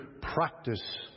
practice